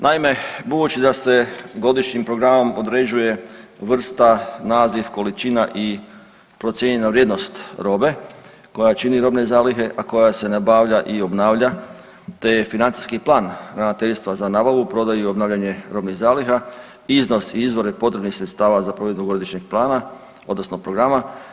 Naime, budući da se godišnjim programom određuje vrsta, naziv, količina i procijenjena vrijednost robe koja čini robne zalihe, a koja se nabavlja i obnavlja te financijski plan Ravnateljstva za nabavu, prodaju i obnavljanje robnih zaliha, iznos i izvore potrebnih sredstava za provedbu godišnjeg plana, odnosno programa.